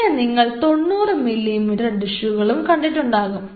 പിന്നെ നിങ്ങൾ 90 മില്ലിമീറ്റർ ഡിഷുകളും കണ്ടിട്ടുണ്ടാകും